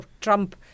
Trump